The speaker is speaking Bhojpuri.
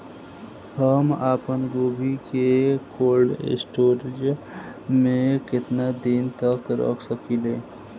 हम आपनगोभि के कोल्ड स्टोरेजऽ में केतना दिन तक रख सकिले?